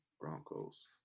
Broncos